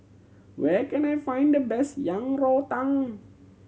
where can I find the best Yang Rou Tang